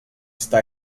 está